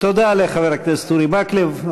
תודה לחבר הכנסת אורי מקלב.